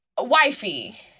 Wifey